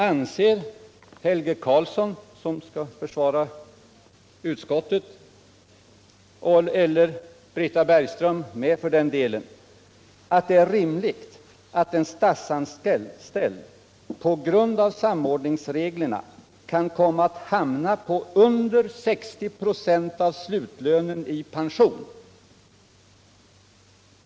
Anser Helge Karlsson — som skall försvara utskottet — eller Britta Bergström med för den delen att det är rimligt att en statsanställd på grund av samordningsreglerna kan komma att hamna under 60 96 av slutlönen i pension?